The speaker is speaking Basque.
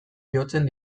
jotzen